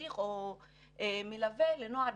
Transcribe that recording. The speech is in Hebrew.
מדריך או מלווה לנוער,